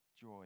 joy